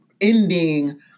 ending